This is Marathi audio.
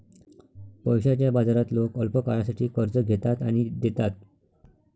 पैशाच्या बाजारात लोक अल्पकाळासाठी कर्ज घेतात आणि देतात